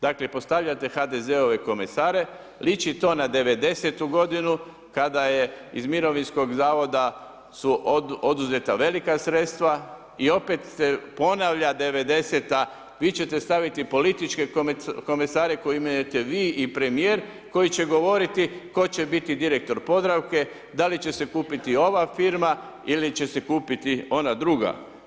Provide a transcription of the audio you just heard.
Dakle postavljate HDZ-ove komesare, liči to na '90.-tu godinu kada je iz Mirovinskog zavoda su oduzeta velika sredstva i opet se ponavlja '90.-ta, vi ćete staviti političke komesare koje imenujete vi i premijer koji će govoriti tko će biti direktor Podravke, da li će se kupiti ova firma ili će se kupiti ona druga.